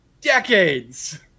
decades